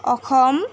Assam